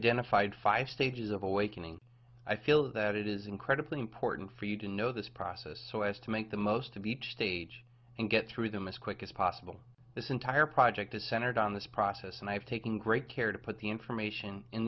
dental five five stages of awakening i feel that it is incredibly important for you to know this process so as to make the most to beach stage and get through them as quick as possible this entire project is centered on this process and i have taken great care to put the information in